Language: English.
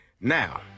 Now